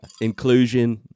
inclusion